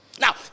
Now